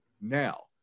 Now